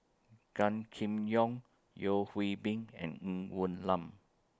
Gan Kim Yong Yeo Hwee Bin and Ng Woon Lam